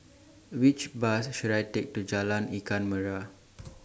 Which Bus should I Take to Jalan Ikan Merah